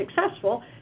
successful